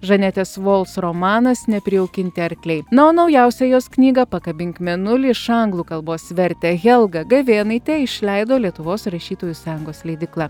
žanetės vols romanas neprijaukinti arkliai na o naujausią jos knygą pakabink mėnulį iš anglų kalbos vertė helga gavėnaitė išleido lietuvos rašytojų sąjungos leidykla